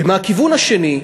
ומהכיוון השני,